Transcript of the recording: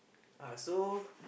uh so